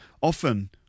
Often